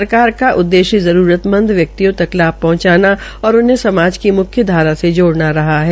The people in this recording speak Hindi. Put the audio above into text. सरकार का उद्देश्य जरूरतमंद व्यक्तियों तक लाभ पहंचाना और उन्हें समाज की धार से जोड़ना रहा है